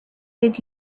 did